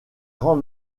grand